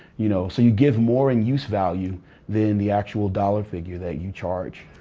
you know so you give more in use value than the actual dollar figure that you charge.